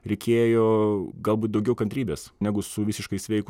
reikėjo galbūt daugiau kantrybės negu su visiškai sveiku